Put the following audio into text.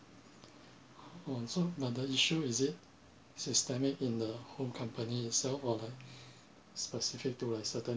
oh so another issue is it systemic in the whole company itself or the specific to like certain